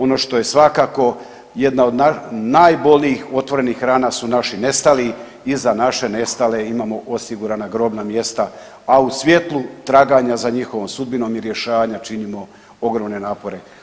Ono što je svakako jedna od najbolnijih otvorenih rana su naši nestali i za naše nestale imamo osigurana grobna mjesta, a u svjetlu traganja za njihovom sudbinom i rješavanja činimo ogromne napore.